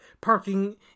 parking